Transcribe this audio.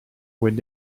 with